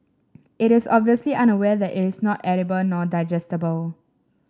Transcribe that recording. it is obviously unaware that it is not edible nor digestible